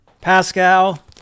Pascal